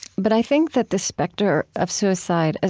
but i think that the specter of suicide, ah